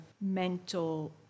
mental